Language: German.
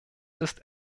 ist